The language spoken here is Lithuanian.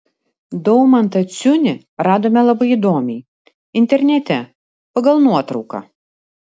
daumantą ciunį radome labai įdomiai internete pagal nuotrauką